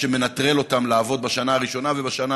מה שמנטרל אותם מלעבוד בשנה הראשונה ובשנה